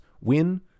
win